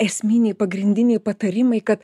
esminiai pagrindiniai patarimai kad